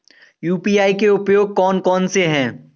UPI के उपयोग कौन कौन से हैं?